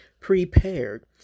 prepared